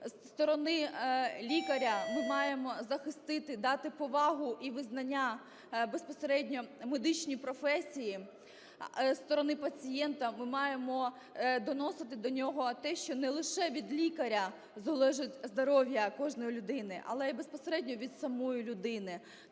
Зі сторони лікаря ми маємо захистити, дати повагу і визнання безпосередньо медичній професії. А зі сторони пацієнта ми маємо доносити до нього те, що не лише від лікаря залежить здоров'я кожної людини, але й безпосередньо від самої людини.